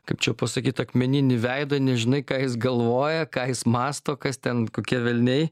kaip čia pasakyt akmeninį veidą nežinai ką jis galvoja ką jis mąsto kas ten kokie velniai